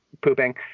pooping